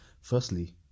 Firstly